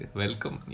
welcome